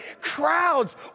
Crowds